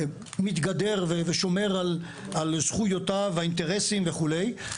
מתגדר ושומר על זכויותיו ועל האינטרסים וכולי.